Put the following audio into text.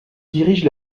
dirige